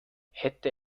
hätte